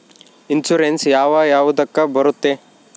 Insurance ಯಾವ ಯಾವುದಕ್ಕ ಬರುತ್ತೆ?